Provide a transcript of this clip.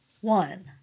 One